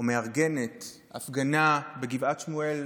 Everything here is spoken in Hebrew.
ומארגנת הפגנה בגבעת שמואל